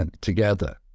together